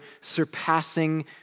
surpassing